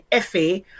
FA